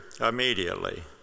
immediately